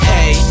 Hey